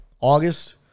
August